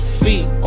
feet